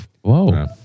Whoa